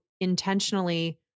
intentionally